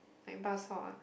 like bak-chor ah